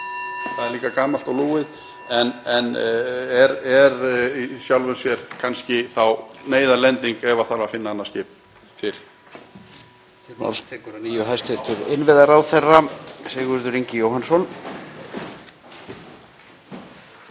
það er líka gamalt og lúið en er þá kannski neyðarlending ef það þarf að finna annað skip fyrr.